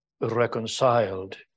reconciled